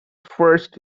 first